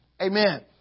Amen